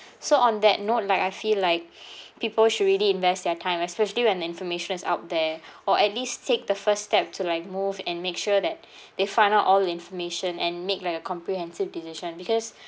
so on that note like I feel like people should really invest their time especially when the information is out there or at least take the first step to like move and make sure that they find out all information and make like a comprehensive decision because